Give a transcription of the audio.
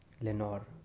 Lenore